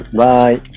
bye